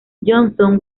johnson